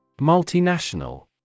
Multinational